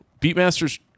Beatmaster's